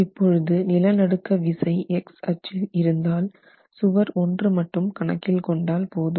இப்பொழுது நிலநடுக்க விசை X அச்சில் இருந்தால் சுவர் 1 மட்டும் கணக்கில் கொண்டால் போதும்